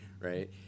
right